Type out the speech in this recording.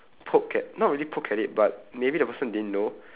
poke at not really poke at it but maybe the person didn't know